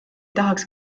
tahaks